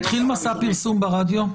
התחיל מסע פרסום ברדיו,